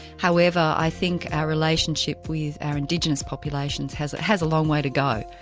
however i think our relationship with our indigenous populations has has a long way to go,